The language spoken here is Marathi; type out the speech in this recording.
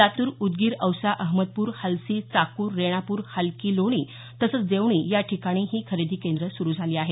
लातूर उदगीर औसा अहमदपूर हालसी चाकूर रेणापूर हालकी लोणी तसंच देवणी या ठिकाणी ही खरेदी केंद्र सुरु झाली आहेत